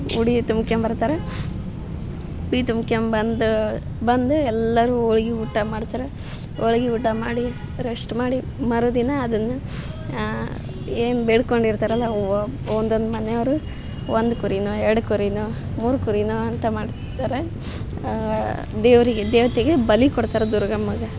ಉಡಿ ತುಂಬ್ಕಂಬರ್ತಾರ ಉಡಿ ತುಂಬ್ಕಂಬಂದು ಬಂದು ಎಲ್ಲರೂ ಹೋಳ್ಗಿ ಊಟ ಮಾಡ್ತಾರೆ ಹೋಳ್ಗಿ ಊಟ ಮಾಡಿ ರೆಷ್ಟ್ ಮಾಡಿ ಮರುದಿನ ಅದನ್ನು ಏನು ಬೇಡಿಕೊಂಡಿರ್ತಾರಲ ಒಂದೊಂದು ಮನೆಯವರು ಒಂದು ಕುರಿನೋ ಎರಡು ಕುರಿನೋ ಮೂರು ಕುರಿನೋ ಅಂತ ಮಾಡ್ತಿರ್ತಾರೆ ದೇವರಿಗೆ ದೇವತೆಗೆ ಬಲಿ ಕೊಡ್ತಾರೆ ದುರ್ಗಮ್ಮಂಗೆ